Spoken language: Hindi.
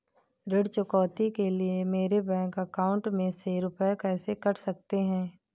ऋण चुकौती के लिए मेरे बैंक अकाउंट में से रुपए कैसे कट सकते हैं?